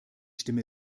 stimme